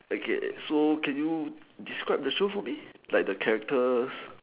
okay so can you describe the show for me like the characters